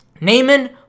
Naaman